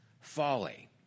folly